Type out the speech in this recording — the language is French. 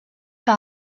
par